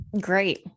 Great